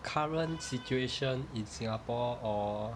current situation in singapore or